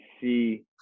see